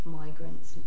migrants